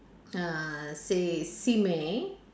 uh say simei